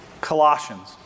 Colossians